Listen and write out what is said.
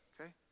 Okay